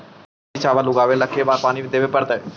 बासमती चावल उगावेला के बार पानी देवे पड़तै?